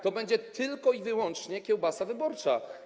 To będzie tylko i wyłącznie kiełbasa wyborcza.